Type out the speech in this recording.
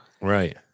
Right